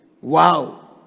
Wow